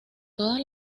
todas